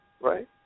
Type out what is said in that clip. right